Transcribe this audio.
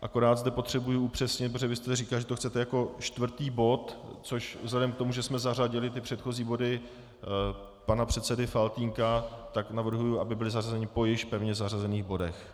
Jen zde potřebuji upřesnit, protože vy jste říkal, že to chcete jako čtvrtý bod, což vzhledem k tomu, že jsme zařadili ty předchozí body pana předsedy Faltýnka tak navrhuji, aby byly zařazeny po již pevně zařazených bodech.